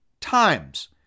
times